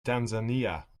tanzania